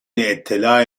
اطلاع